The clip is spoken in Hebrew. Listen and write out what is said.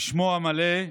ובשמו המלא: